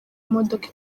modoka